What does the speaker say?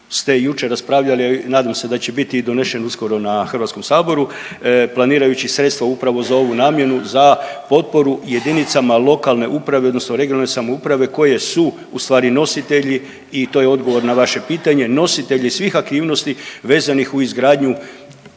ste jučer raspravljali, a nadam se da će biti i donesen uskoro na HS-u planirajući sredstva upravo za ovu namjenu za potporu jedinicama lokalne uprave odnosno regionalne samouprave koje su ustvari nositelji i to je odgovor na vaše pitanje nositelji svih aktivnosti vezanih uz izgradnju